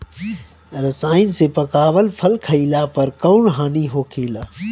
रसायन से पकावल फल खइला पर कौन हानि होखेला?